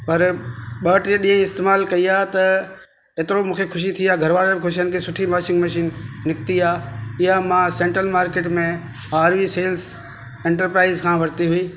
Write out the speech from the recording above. पर ॿ टे ॾींहं ई इस्तेमालु कई आहे त एतिरो मूंखे ख़ुशी थी आहे घर वारा बि ख़ुश आहिनि की सुठी वॉशिंग मशीन निकिती आहे इहा मां सैंटल मार्किट में हारवी सेल्स एंटरप्राइज़ खां वरिती हुई